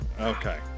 Okay